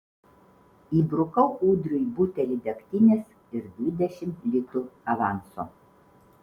įbrukau ūdriui butelį degtinės ir dvidešimt litų avanso